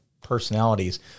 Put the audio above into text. personalities